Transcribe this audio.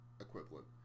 equivalent